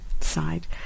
side